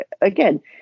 Again